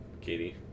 Katie